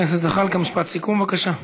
חבר הכנסת זחאלקה, משפט סיכום, בבקשה.